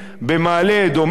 במעלה-אדומים.